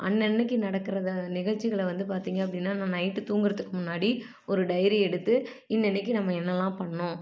அன்னன்றைக்கி நடக்கிற நிகழ்ச்சிகளை வந்து பார்த்திங்க அப்படின்னா நான் நைட்டு தூங்குறத்துக்கு முன்னாடி ஒரு டைரி எடுத்து இன்னன்றைக்கி நம்ம என்னெல்லாம் பண்ணிணோம்